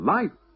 Life